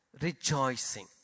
rejoicing